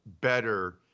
better